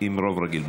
עם רוב רגיל.